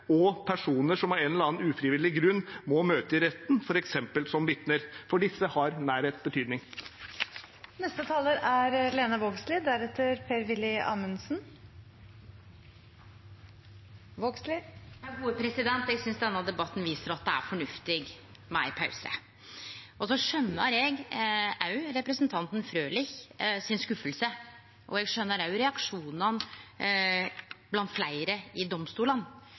og personer som av en eller annen ufrivillig grunn må møte i retten, f.eks. som vitne. For disse har nærhet betydning. Eg synest denne debatten viser at det er fornuftig med ei pause. Så skjønar eg òg representanten Frølich sin skuffelse, og eg skjønar reaksjonane blant fleire i domstolane.